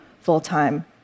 full-time